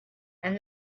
and